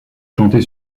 chantée